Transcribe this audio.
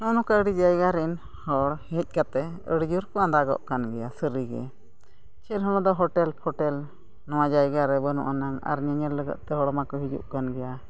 ᱢᱮᱱ ᱟᱠᱚ ᱟᱹᱰᱤ ᱡᱟᱭᱜᱟ ᱨᱮᱱ ᱦᱚᱲ ᱦᱮᱡ ᱠᱟᱛᱮᱫ ᱟᱹᱰᱤᱡᱳᱨ ᱠᱚ ᱟᱸᱫᱟᱜᱚᱜ ᱠᱟᱱᱜᱮᱭᱟ ᱥᱟᱹᱨᱤᱜᱮ ᱠᱤᱥᱟᱹᱲ ᱦᱚᱲ ᱫᱚ ᱦᱳᱴᱮᱞ ᱯᱷᱚᱴᱮᱞ ᱱᱚᱣᱟ ᱡᱟᱭᱜᱟᱨᱮ ᱵᱟᱹᱱᱩᱜ ᱟᱱᱟᱝ ᱟᱨ ᱧᱮᱧᱮᱞ ᱞᱟᱹᱜᱤᱫᱼᱛᱮ ᱦᱚᱲ ᱢᱟᱠᱚ ᱦᱤᱡᱩᱜ ᱠᱟᱱ ᱜᱮᱭᱟ